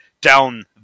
down